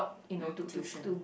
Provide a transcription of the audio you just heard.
mm tuition